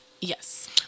Yes